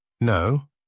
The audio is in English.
No